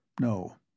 No